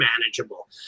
manageable